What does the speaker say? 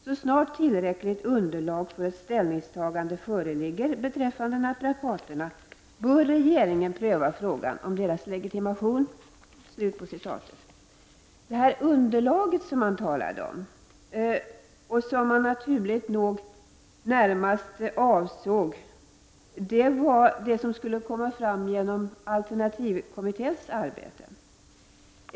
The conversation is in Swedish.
Så snart tillräckligt underlag för ett ställningstagande föreligger beträffande naprapaterna bör regeringen pröva frågan om deras legitimation.” Det ”underlag” som man, naturligt nog, närmast avsåg var det som skulle komma fram genom alternativkommitténs arbete.